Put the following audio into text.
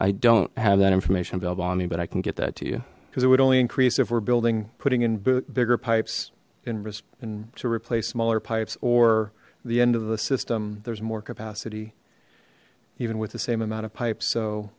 i don't have that information available on me but i can get that to you because it would only increase if we're building putting in bigger pipes in risk to replace smaller pipes or the end of the system there's more capacity even with the same amount of pipe